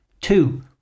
Two